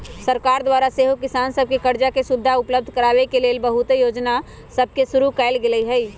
सरकार द्वारा सेहो किसान सभके करजा के सुभिधा उपलब्ध कराबे के लेल बहुते जोजना सभके शुरु कएल गेल हइ